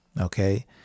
okay